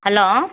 hello